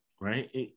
right